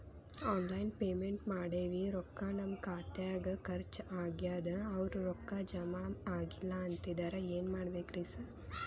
Online payment ಮಾಡೇವಿ ರೊಕ್ಕಾ ನಮ್ ಖಾತ್ಯಾಗ ಖರ್ಚ್ ಆಗ್ಯಾದ ಅವ್ರ್ ರೊಕ್ಕ ಜಮಾ ಆಗಿಲ್ಲ ಅಂತಿದ್ದಾರ ಏನ್ ಮಾಡ್ಬೇಕ್ರಿ ಸರ್?